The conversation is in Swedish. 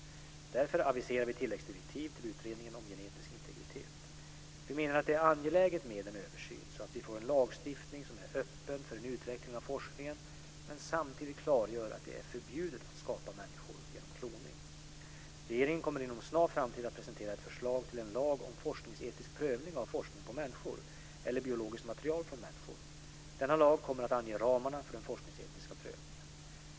Därför aviserar vi tilläggsdirektiv till utredningen om genetisk integritet. Vi menar att det är angeläget med en översyn, så att vi får en lagstiftning som är öppen för en utveckling av forskningen men samtidigt klargör att det är förbjudet att skapa människor genom kloning. Regeringen kommer inom en snar framtid att presentera ett förslag till en lag om forskningsetisk prövning av forskning på människor eller biologiskt material från människor. Denna lag kommer att ange ramarna för den forskningsetiska prövningen.